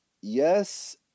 yes